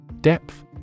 Depth